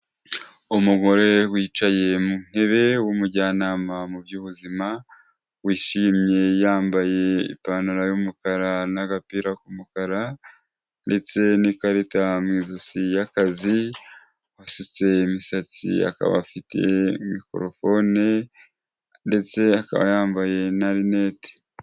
Umugore wicaye mu ntebe w'umujyanama mu by'ubuzima, wishimye yambaye ipantaro y'umukara n'agapira k'umukara ndetse n'ikarita mu ijosi y'akazi, wasutse imisatsi, akaba afite mikorofone, ndetse akaba yambaye na rinete.